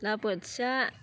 ना बोथिया